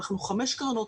אנחנו חמש קרנות,